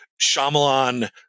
Shyamalan